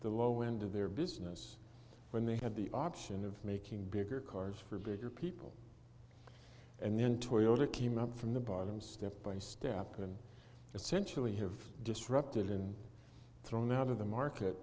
the low end of their business when they had the option of making bigger cars for bigger people and then toyota came up from the bottom step by step and essentially have disrupted and thrown out of the market